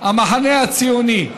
המחנה הציוני,